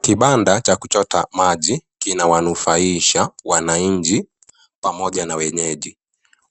Kibanda cha kuchota maji kinawaanufaisha wanachi pamoja na wenyeji